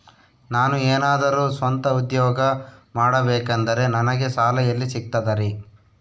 ನಾನು ಏನಾದರೂ ಸ್ವಂತ ಉದ್ಯೋಗ ಮಾಡಬೇಕಂದರೆ ನನಗ ಸಾಲ ಎಲ್ಲಿ ಸಿಗ್ತದರಿ?